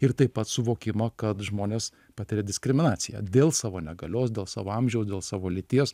ir taip pat suvokimo kad žmonės patiria diskriminaciją dėl savo negalios dėl savo amžiaus dėl savo lyties